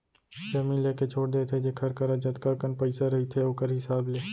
जमीन लेके छोड़ देथे जेखर करा जतका कन पइसा रहिथे ओखर हिसाब ले